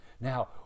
Now